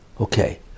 Okay